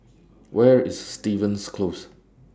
Where IS Stevens Close